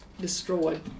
destroyed